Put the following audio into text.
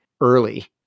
early